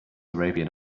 arabian